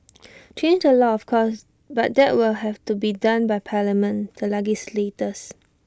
change the law of course but that will have to be done by parliament to legislators